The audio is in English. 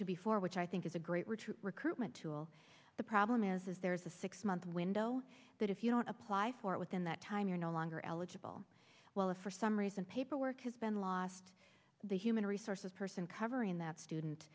to before which i think is a great retreat recruitment tool the problem is is there is a six month window that if you don't apply for it within that time you're no longer eligible well if for some reason paperwork has been lost the human resources person covering that student